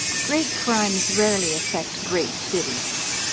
great crimes rarely afiect great cities.